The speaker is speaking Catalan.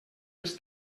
els